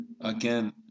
again